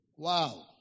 Wow